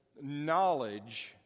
knowledge